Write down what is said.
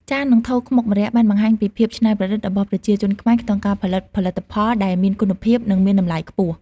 ចាន និងថូខ្មុកម្រ័ក្សណ៍បានបង្ហាញពីភាពច្នៃប្រឌិតរបស់ប្រជាជនខ្មែរក្នុងការផលិតផលិតផលដែលមានគុណភាព និងមានតម្លៃខ្ពស់។